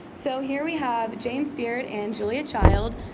so here we have james beard and julia child